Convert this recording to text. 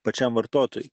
pačiam vartotojui